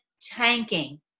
tanking